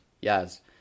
yes